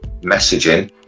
messaging